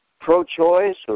pro-choice